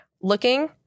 looking